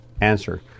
answer